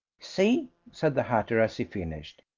see? said the hatter as he finished.